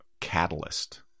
catalyst